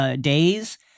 days